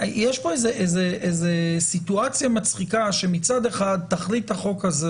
יש פה סיטואציה מצחיקה שמצד אחד תכלית החוק הזה